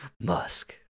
Musk